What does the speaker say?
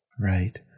Right